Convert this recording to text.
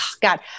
god